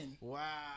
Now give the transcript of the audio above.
wow